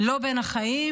לא בין החיים.